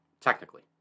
technically